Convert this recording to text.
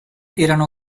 erano